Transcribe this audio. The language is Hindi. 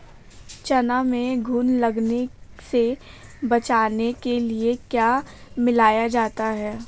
चना में घुन लगने से बचाने के लिए क्या मिलाया जाता है?